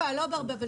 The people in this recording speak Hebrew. היא